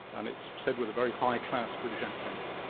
and it's said with a very high-class british accent.